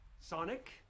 Sonic